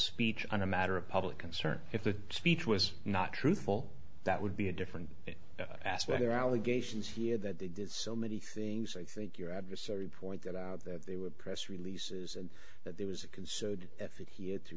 speech on a matter of public concern if the speech was not truthful that would be a different aspect of allegations here that they did so many things i think your adversary pointed out that there were press releases and that there was a concerted effort here to